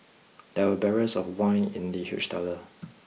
there were barrels of wine in the huge cellar